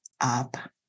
up